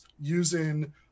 using